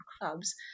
clubs